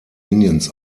indiens